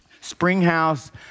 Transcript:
Springhouse